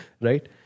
right